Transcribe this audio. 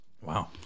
Wow